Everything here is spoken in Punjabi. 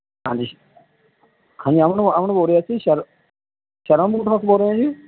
ਹਾਂਜੀ ਅਮਨ ਅਮਨ ਬੋਲ ਰਿਹਾ ਸੀ ਸ਼ਰਮਾ ਬੂਟ ਹਾਊਸ ਬੋਲ ਰਿਹਾ ਜੀ